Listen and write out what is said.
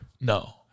No